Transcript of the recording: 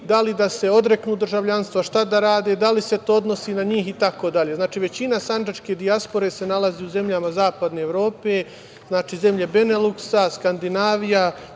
da li da se odreknu državljanstva, šta da rade, da li se to odnosi na njih itd. Znači, većina sandžačke dijaspore se nalazi u zemljama Zapadne Evrope, zemlje Beneluksa, Skandinavija,